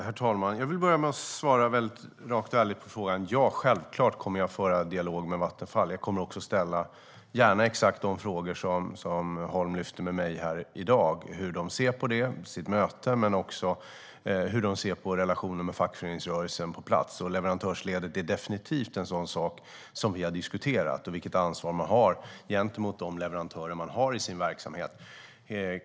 Herr talman! Jag vill börja med att svara rakt och ärligt på frågan: Ja, självklart kommer jag att föra en dialog med Vattenfall. Jag kommer också gärna att ställa exakt de frågor som Holm har lyft upp för mig här i dag - hur de ser på sitt möte men också hur de ser på relationen med fackföreningsrörelsen på plats. Leverantörsledet är definitivt en sådan sak som vi har diskuterat, och vilket ansvar man har gentemot de leverantörer man har i sin verksamhet.